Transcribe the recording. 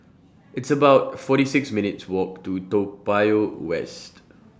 It's about forty six minutes' Walk to Toa Payoh West